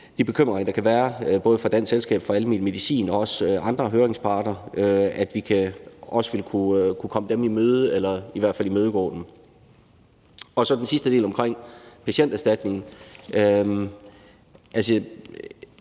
de bekymringer, der kan være, både fra Dansk Selskab for Almen Medicin og også fra andre høringsparter, skal vi kunne komme i møde eller i hvert fald imødegå. Så er der den sidste del omkring Patienterstatningen.